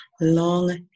long